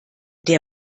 der